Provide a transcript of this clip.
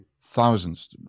thousands